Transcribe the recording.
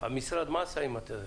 המשרד מה עשה עם התזכיר?